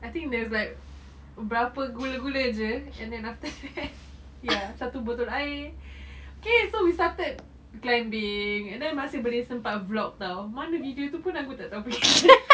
I think there's like berapa gula-gula jer and then after that ya satu botol air okay so we started climbing then masih boleh sempat vlog [tau] mana video tu pun aku tak tahu pergi